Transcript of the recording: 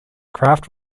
kraft